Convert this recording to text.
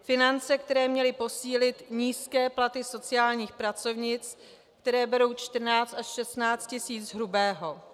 Finance, které měly posílit nízké platy sociálních pracovnic, které berou 14 až 16 tisíc hrubého.